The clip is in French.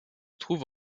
trouve